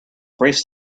braced